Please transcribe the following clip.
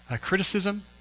criticism